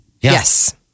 Yes